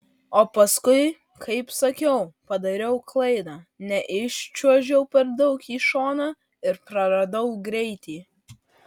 o paskui kaip sakiau padariau klaidą neiščiuožiau per daug į šoną ir praradau greitį